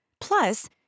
plus